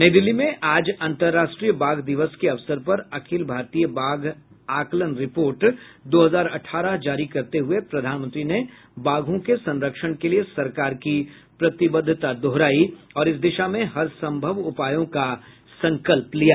नई दिल्ली में आज अंतरराष्ट्रीय बाघ दिवस के अवसर पर अखिल भारतीय बाघ आकलन रिपोर्ट दो हजार अठारह जारी करते हुए प्रधानमंत्री ने बाघों के संरक्षण के लिए सरकार की प्रतिबद्धता दोहराई और इस दिशा में हरसंभव उपायों का संकल्प लिया